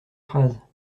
phrases